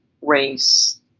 race